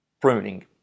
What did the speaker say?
pruning